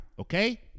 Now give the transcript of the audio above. Okay